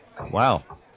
Wow